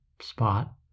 spot